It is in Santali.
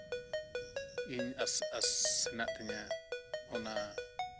ᱤᱧ ᱟᱥ ᱟᱥ ᱦᱮᱱᱟᱜ ᱛᱤᱧᱟᱹ ᱚᱱᱟ